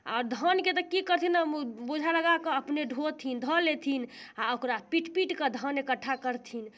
आओर धानके तऽ की करथिन ने बोझा लगाकऽ अपने ढ़ोथिन धऽ लेथिन आओर ओकरा पीट पीट कऽ धान इकट्ठा करथिन